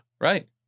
Right